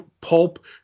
Pulp